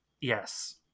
Yes